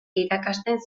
irakasten